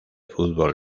fútbol